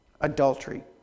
Adultery